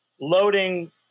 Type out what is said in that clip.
loading